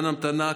זמן ההמתנה,